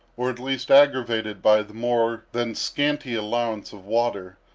or at least aggravated, by the more than scanty allowance of water,